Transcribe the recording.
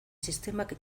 sistemak